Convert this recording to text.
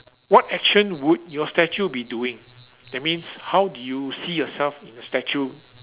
what action would your statue be doing that means how do you see yourself in the statue